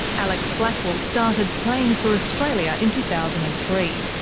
alex blackwell started playing for australia in two thousand and three,